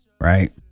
Right